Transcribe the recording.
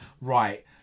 right